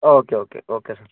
okay okay okay sir